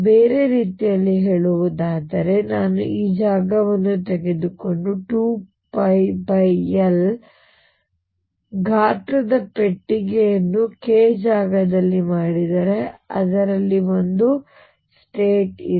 ಬೇರೆ ರೀತಿಯಲ್ಲಿ ಹೇಳುವುದಾದರೆ ನಾನು ಈ ಜಾಗವನ್ನು ತೆಗೆದುಕೊಂಡು 2πL ಗಾತ್ರದ ಪೆಟ್ಟಿಗೆಯನ್ನು k ಜಾಗದಲ್ಲಿ ಮಾಡಿದರೆ ಅದರಲ್ಲಿ ಒಂದು ಸ್ಟೇಟ್ ಇದೆ